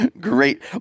great